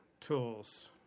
tools